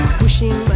pushing